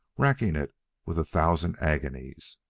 racking it with a thousand agonies.